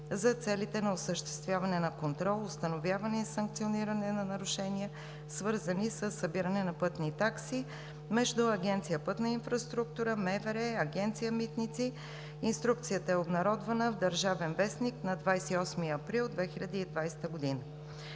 за целите на осъществяване на контрол, установяване и санкциониране на нарушения, свързани със събиране на пътни такси между Агенция „Пътна инфраструктура“, МВР и Агенция „Митници“. Инструкцията е обнародвана в „Държавен вестник“ на 28 април 2020 г.